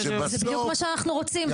זה בדיוק מה שאנחנו רוצים.